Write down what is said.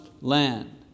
land